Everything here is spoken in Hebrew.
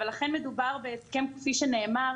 אבל אכן מדובר בהסכם כפי שנאמר,